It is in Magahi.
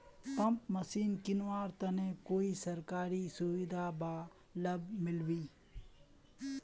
पंप मशीन किनवार तने कोई सरकारी सुविधा बा लव मिल्बी?